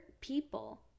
people